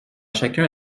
chacun